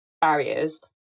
barriers